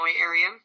area